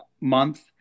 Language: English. month